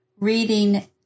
reading